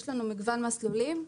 יש לנו מגוון מסלולים.